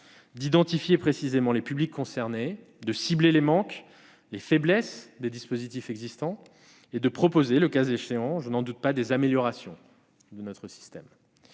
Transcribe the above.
d'identifier précisément les publics concernés, de cibler les manques et les faiblesses des dispositifs existants et de proposer le cas échéant des améliorations de notre système.